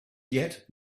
yet